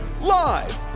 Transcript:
Live